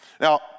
Now